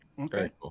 Okay